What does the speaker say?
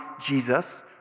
Jesus